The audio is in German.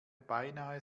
beinahe